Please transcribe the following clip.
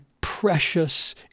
precious